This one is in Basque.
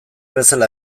bezala